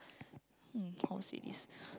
um how to say this